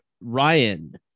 Ryan